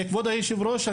כבוד היושב-ראש,